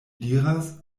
diras